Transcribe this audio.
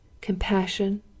compassion